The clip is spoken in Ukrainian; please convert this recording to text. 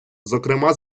зокрема